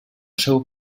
seu